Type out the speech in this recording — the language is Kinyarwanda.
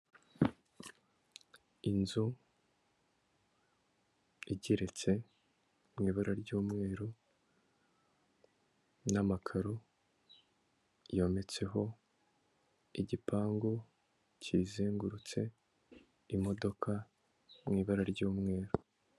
Inzu igeretse mu ibara ry'umweru n'amakaro yometseho, igipangu kiyizengurutse, imodoka mu ibara ry'umweru.